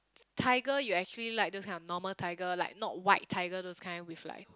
tiger you actually like those kind of normal tiger like not white tiger those kind with like